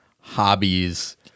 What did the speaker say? hobbies